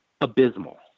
abysmal